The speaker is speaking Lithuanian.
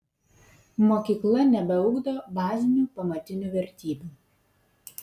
mokykla nebeugdo bazinių pamatinių vertybių